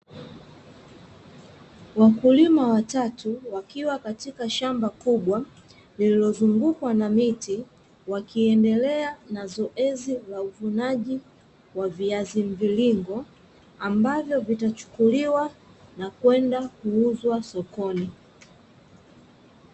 Wakulima watatu, wakiwa katika shamba kubwa lilozungukwa na miti, wakiendelea na zoezi la uvunaji wa viazi mviringo ambavyo vitachukuliwa na kwenda kuuzwa sokoni.